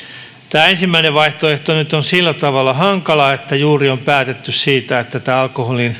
tämä ensimmäinen vaihtoehto nyt on sillä tavalla hankala että juuri on päätetty siitä että tämä